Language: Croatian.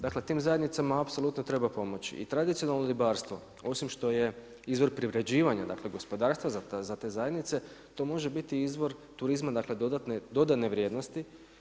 Dakle, tim zajednicama apsolutno treba pomoći i tradicionalno ribarstvo, osim što je izvor privređivanja gospodarstva za te zajednice, to može biti izvor turizma, dakle dodatne, dodane vrijednosti.